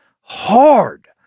hard